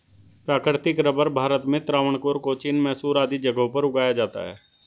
प्राकृतिक रबर भारत में त्रावणकोर, कोचीन, मैसूर आदि जगहों पर उगाया जाता है